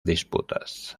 disputas